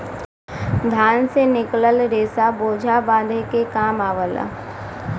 धान से निकलल रेसा बोझा बांधे के काम आवला